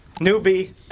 newbie